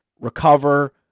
recover